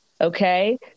Okay